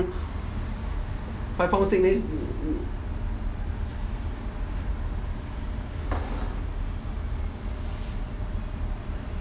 five pound six days